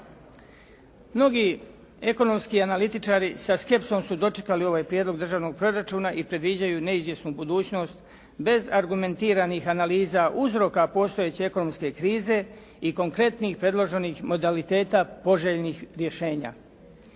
Mnogi ekonomski analitičari sa skepsom su dočekali ovaj prijedlog državnog proračuna i predviđaju neizvjesnu budućnost bez argumentiranih analiza uzroka postojeće ekonomske krize i konkretnih predloženih modaliteta poželjnih rješenja.